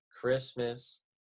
Christmas